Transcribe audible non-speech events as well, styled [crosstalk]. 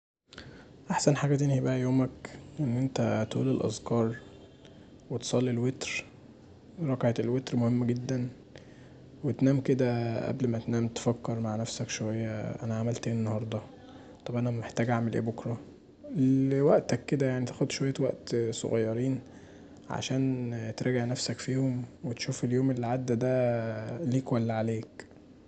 أحسن حاجه تنهي بيها يومك ان انت تقول الأذكار [noise] وتصلي الوتر، ركعة الوتر مهمه جدا، وتنام كدا قبل ما تنام تفكر مع نفسك شويه انا عملت ايه النهارده، طب انا محتاج أعمل ايه بكره، لوقتك كدا يعني تاخد شوية وقت صغيرين عشان تراجع نفسك فيهم وتشوف اليوم اللي عدى دا ليك ولا عليك.